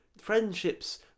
Friendships